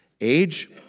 Age